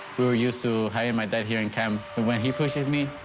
were used to having my dad here in camp, and when he pushes me,